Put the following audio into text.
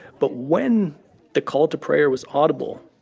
but when the call to prayer was audible,